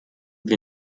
wir